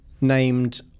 Named